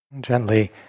Gently